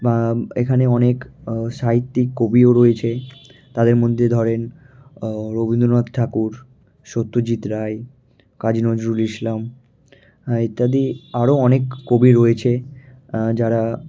বা এখানে অনেক সাহিত্যিক কবিও রয়েছে তাদের মধ্যে ধরেন রবীন্দ্রনাথ ঠাকুর সত্যজিৎ রায় কাজী নজরুল ইসলাম হ্যাঁ ইত্যাদি আরো অনেক কবি রয়েছে যারা